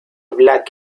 black